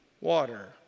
water